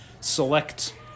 select